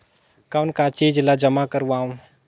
कौन का चीज ला जमा करवाओ?